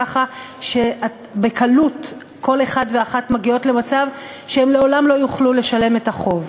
ככה שבקלות כל אחד ואחת מגיעות למצב שהם לעולם לא יוכלו לשלם את החוב.